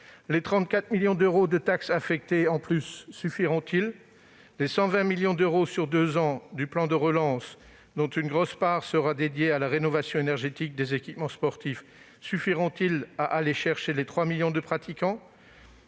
Les 34 millions d'euros de taxes affectées supplémentaires suffiront-ils ? Les 120 millions d'euros sur deux ans du plan de relance, dont une grosse part sera dédiée à la rénovation énergétique des équipements sportifs, suffiront-ils à aller chercher les trois millions de pratiquants ?